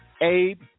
abe